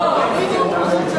אני ממלכתי.